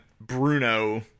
Bruno